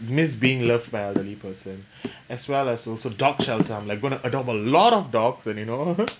miss being loved by elderly person as well as also dog shelter I'm like going to adopt a lot of dogs and you know